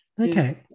Okay